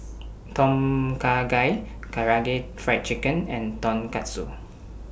Tom Kha Gai Karaage Fried Chicken and Tonkatsu